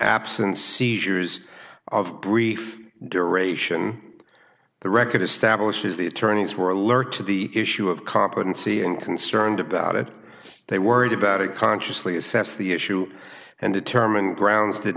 absence seizures of brief duration the record establishes the attorneys were alert to the issue of competency and concerned about it they worried about it consciously assess the issue and determine grounds did